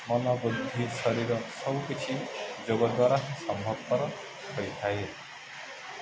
ମନ ବୁଦ୍ଧି ଶରୀର ସବୁକିଛି ଯୋଗ ଦ୍ୱାରା ସମ୍ଭବପର ହୋଇଥାଏ